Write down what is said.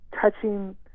touching